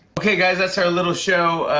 okay, guys. that's our little show.